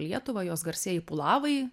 lietuvą jos garsieji pulavai